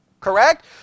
Correct